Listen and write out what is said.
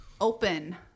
open